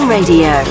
Radio